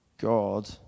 God